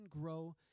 grow